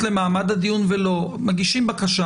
מגישים בקשה